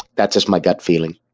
that's just my gut feeling.